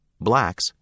Blacks